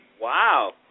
Wow